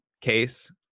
case